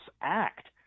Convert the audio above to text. Act